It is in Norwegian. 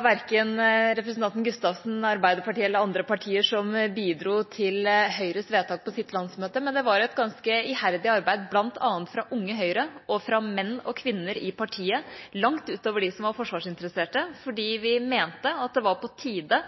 verken representanten Gustavsen, Arbeiderpartiet eller andre partier som bidro til Høyres vedtak på landsmøtet, men et ganske iherdig arbeid bl.a. fra Unge Høyre og fra menn og kvinner i partiet, langt utover dem som var forsvarsinteresserte, fordi vi mente at det var på tide